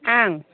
आं